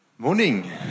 Morning